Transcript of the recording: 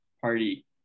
party